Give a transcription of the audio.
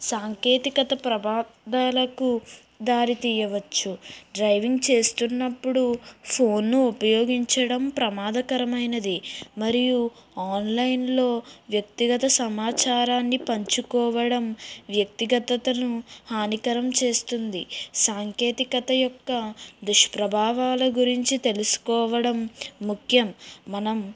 సాంకేతికత ప్రభావాలకు దారి తీయవచ్చు డ్రైవింగ్ చేస్తున్నప్పుడు ఫోన్ను ఉపయోగించడం ప్రమాదకరమైనది మరియు ఆన్లైన్లో వ్యక్తిగత సమాచారాన్ని పంచుకోవడం వ్యక్తిగతను హానికరం చేస్తుంది సాంకేతికత యొక్క దుష్ప్రభావాల గురించి తెలుసుకోవడం ముఖ్యం మనం